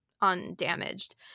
undamaged